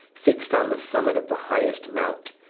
fix'd on the summit of the highest mount,